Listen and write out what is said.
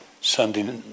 Sunday